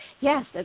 yes